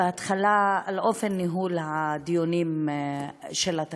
בהתחלה על אופן ניהול דיוני התקציב.